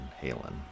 Halen